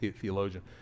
theologian